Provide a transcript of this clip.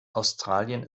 australien